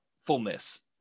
fullness